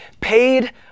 paid